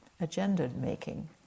Agenda-making